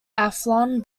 afton